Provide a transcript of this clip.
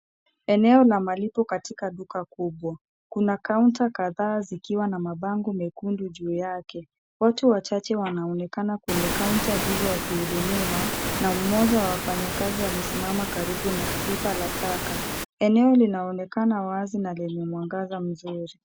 Eneo la malipo katika duka kubwa. Kuna kaunta kadhaa zikiwa na mabango mekundu juu yake. Watu wachache wanaonekana kwenye kaunta hizo wakihudumiwa na mmoja wa wafanyikazi amesimama karibu na pipa la taka. Eneo linaonekana wazi la lenye mwangaza mzuri.